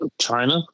China